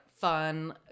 fun